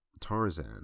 Tarzan